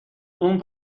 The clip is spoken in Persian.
اون